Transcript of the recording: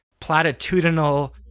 platitudinal